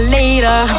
later